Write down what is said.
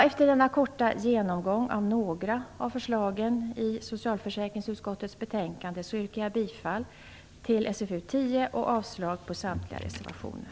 Efter denna korta genomgång av några förslag i socialförsäkringsutskottets betänkande yrkar jag bifall till hemställan i SfU10 och avslag på samtliga reservationer.